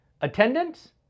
attendance